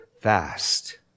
fast